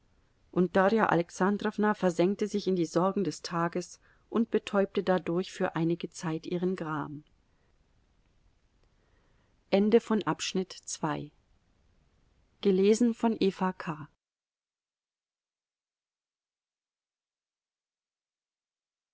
und darja alexandrowna versenkte sich in die sorgen des tages und betäubte dadurch für einige zeit ihren gram